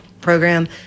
program